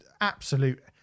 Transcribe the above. absolute